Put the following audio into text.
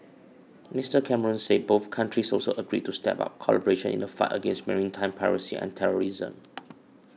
Mister Cameron said both countries also agreed to step up collaboration in the fight against maritime piracy and terrorism